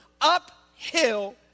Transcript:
uphill